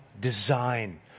design